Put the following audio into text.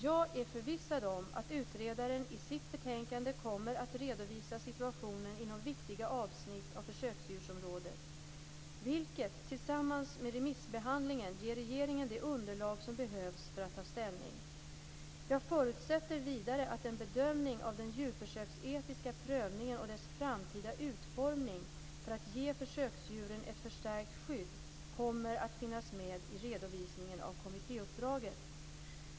Jag är förvissad om att utredaren i sitt betänkande kommer att redovisa situationen inom viktiga avsnitt av försöksdjursområdet, vilket tillsammans med remissbehandlingen ger regeringen det underlag som behövs för att ta ställning. Jag förutsätter vidare att en bedömning av den djurförsöksetiska prövningen och dess framtida utformning för att ge försöksdjuren ett förstärkt skydd kommer att finnas med i redovisningen av kommittéuppdraget.